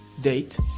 date